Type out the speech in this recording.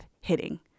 hitting